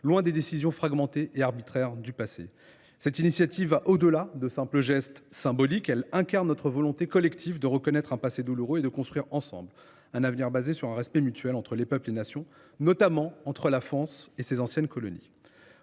loin des décisions fragmentées et arbitraires du passé. Cette initiative va au delà de simples gestes symboliques. Elle incarne notre volonté collective de reconnaître un passé douloureux et de construire ensemble un avenir fondé sur un respect mutuel entre les peuples et les nations, notamment entre la France et ses anciennes colonies.